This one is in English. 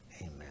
amen